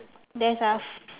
there's ah